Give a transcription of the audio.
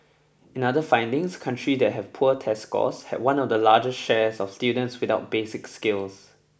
in other findings country that had poor test scores had one of the largest share of students without basic skills